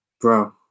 Bro